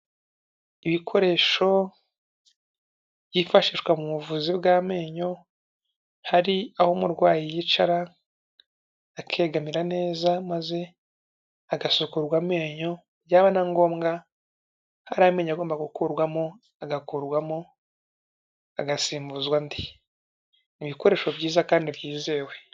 Ibikoresho byifashishwa mu buvuzi bw'amenyo hari aho umurwayi, yicara akegamira neza, maze agasukurwa amenyo, byaba na ngombwa hari amenyo agomba gukurwamo, agakurwamo agasimbuzwa andi. Ni ibikoresho byiza kandi byizewe.